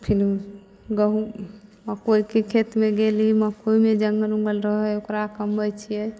फिरु गहूॅंम मकइके खेतमे गेली मकइमे जंगल उंगल रहै हइ ओकरा कमबै छियै